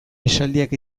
esaldiak